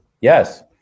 Yes